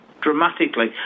dramatically